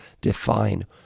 define